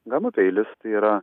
gama peilis tai yra